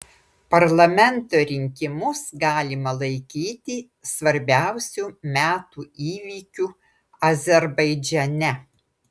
parlamento rinkimus galima laikyti svarbiausiu metų įvykiu azerbaidžane